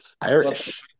Irish